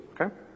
okay